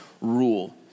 rule